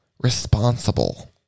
responsible